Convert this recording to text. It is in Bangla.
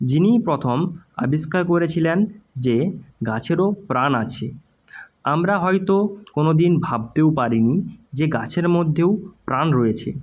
যিনিই প্রথম আবিষ্কার করেছিলেন যে গাছেরও প্রাণ আছে আমরা হয়তো কোনোদিন ভাবতেও পারিনি যে গাছের মধ্যেও প্রাণ রয়েছে